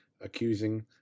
accusing